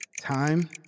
Time